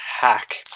hack